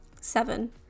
Seven